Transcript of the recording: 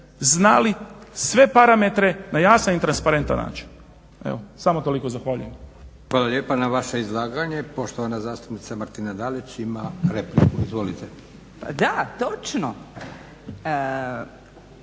znali sve parametre na jasan i transparentan način. Evo samo toliko. Zahvaljujem. **Leko, Josip (SDP)** Hvala lijepa. Na vaše izlaganje poštovana zastupnica Martina Dalić ima repliku. Izvolite. **Dalić,